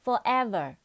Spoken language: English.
Forever